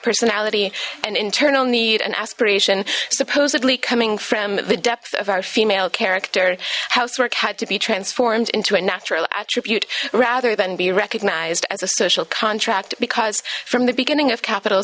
personality and internal need and aspiration supposedly coming from the depth of our female character housework had to be transformed into a natural attribute rather than be recognized as a social contract because from the beginning of capital